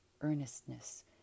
earnestness